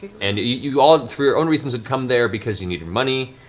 and you all, for your own reasons, had come there because you needed money,